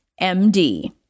MD